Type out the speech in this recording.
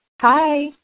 Hi